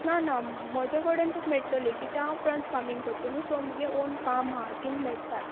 ना ना म्हजे कडेन तुका मेळटलें कित्याक हांव प्रॉन्स फार्मींग कोत्तो न्हू सो मगे ओन फाम आहा तींग मेळटा